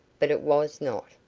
but it was not.